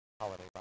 holiday